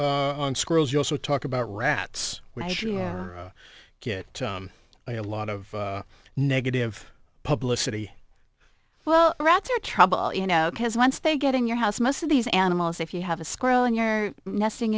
on schools you also talk about rats get a lot of negative publicity well rats are trouble you know because once they get in your house most of these animals if you have a squirrel and you're nesting